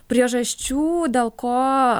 priežasčių dėl ko